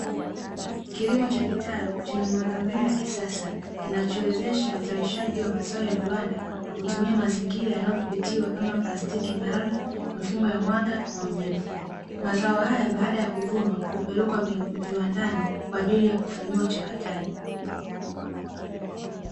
Kilimo cha kitalu chenye miundombinu ya kisasa kinachowezesha uzalishaji wa mazao ya viwanda kwa kutumia mazingira yanayodhibitiwa kama plastiki maalumu, mifumo ya mwanga na unyevu, mazao haya baada ya kuvunwa hupelekwa viwandani kwa ajili ya kufanyiwa uchakataji.